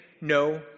no